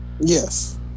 Yes